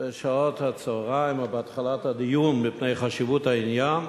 בשעות הצהריים או בהתחלת הדיון מפני חשיבות העניין,